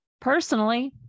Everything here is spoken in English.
Personally